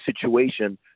situation